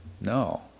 No